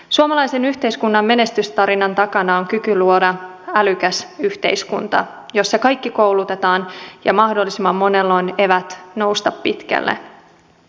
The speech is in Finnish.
suomalaisen yhteiskunnan menestystarinan takana on kyky luoda älykäs yhteiskunta jossa kaikki koulutetaan ja mahdollisimman monella on eväät nousta pitkälle